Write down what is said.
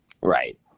right